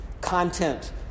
content